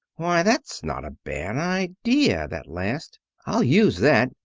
why, that's not a bad idea that last. i'll use that.